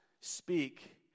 speak